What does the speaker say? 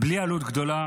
-- בלי עלות גדולה.